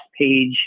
page